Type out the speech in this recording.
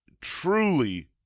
truly